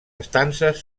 estances